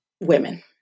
women